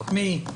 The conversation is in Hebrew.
מי?